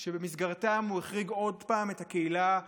שבמסגרתם הוא החריג עוד פעם את הקהילה הגאה,